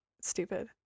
stupid